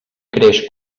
creix